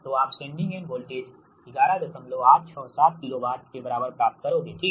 तो आप sending end voltage 11867 kilo volt के बराबर प्राप्त करोगे ठीक